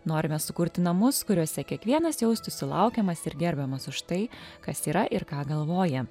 norime sukurti namus kuriuose kiekvienas jaustųsi laukiamas ir gerbiamas už tai kas yra ir ką galvoja